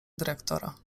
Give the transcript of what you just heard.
dyrektora